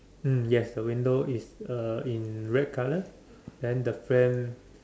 mm yes the window is uh in red colour then the fan